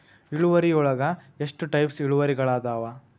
ಇಳುವರಿಯೊಳಗ ಎಷ್ಟ ಟೈಪ್ಸ್ ಇಳುವರಿಗಳಾದವ